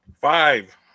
Five